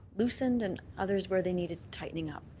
loosed and and others where they needed tightening up.